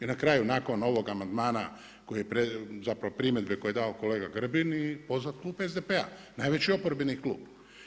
I na kraju ovog amandmana koji je, zapravo primjedbe koje je dao kolega Grbin i pozvat klub SDP-a, najveći oporbeni klub.